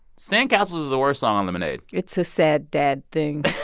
sandcastles's the worst song on lemonade. it's a sad dad thing